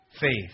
faith